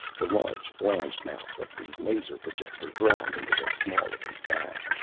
the large, flanged mouth of the maser-projector ground into the small of his back.